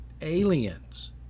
aliens